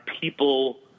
people